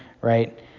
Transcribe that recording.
right